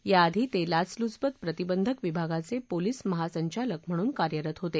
याआधी ते लाचलुचपत प्रतिबंधक विभागाचे पोलीस महासंचालकपदी कार्यरत होते